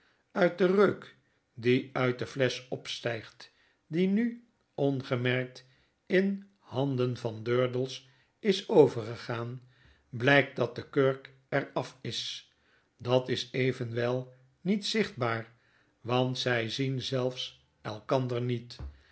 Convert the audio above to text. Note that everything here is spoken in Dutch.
uit den reuk die uit de flesch opstflgt die nu ongemerkt in handen van durdels is overgegaan blykt dat de kurk er af is dat is evenwel niet zichtbaar want zy zien zelfs elkander niet